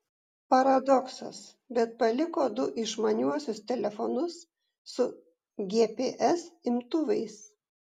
paradoksas bet paliko du išmaniuosius telefonus su gps imtuvais